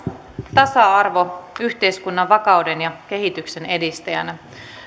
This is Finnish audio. tasa arvo yhteiskunnan vakauden ja kehityksen edistäjänä